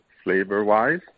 Flavor-wise